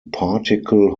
particle